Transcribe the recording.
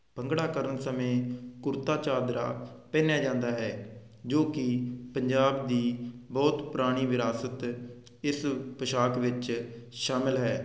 ਭੰਗੜਾ ਕਰਨ ਸਮੇਂ ਕੁਰਤਾ ਚਾਦਰਾ ਪਹਿਨਿਆ ਜਾਂਦਾ ਹੈ ਜੋ ਕਿ ਪੰਜਾਬ ਦੀ ਬਹੁਤ ਪੁਰਾਣੀ ਵਿਰਾਸਤ ਇਸ ਪੋਸ਼ਾਕ ਵਿੱਚ ਸ਼ਾਮਿਲ ਹੈ